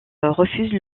refuse